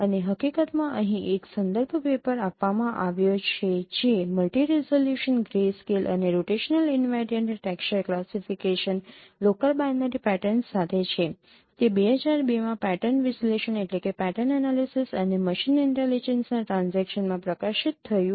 અને હકીકતમાં અહીં એક સંદર્ભ પેપર આપવામાં આવ્યો છે જે મલ્ટિ રિઝોલ્યુશન ગ્રે સ્કેલ અને rotational invariant texture classification local binary pattern સાથે છે તે ૨૦૦૨ માં પેટર્ન વિશ્લેષણ અને મશીન ઇન્ટેલિજન્સના ટ્રાન્જેક્શનમાં પ્રકાશિત થયું હતું